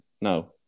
No